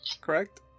correct